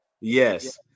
Yes